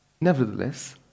Nevertheless